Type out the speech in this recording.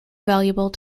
valuable